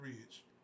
Ridge